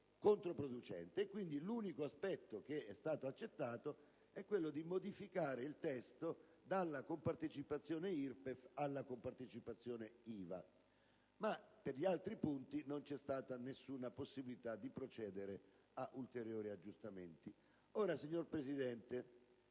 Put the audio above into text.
l'unico aspetto accolto è stato quello di modificare il testo passando dalla compartecipazione IRPEF alla compartecipazione IVA; per gli altri punti, invece, non c'è stata alcuna possibilità di procedere a ulteriori aggiustamenti.